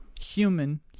human